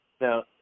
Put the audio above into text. Now